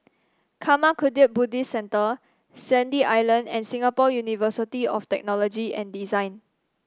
Karma Kagyud Buddhist Centre Sandy Island and Singapore University of Technology and Design